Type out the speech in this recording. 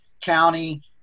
county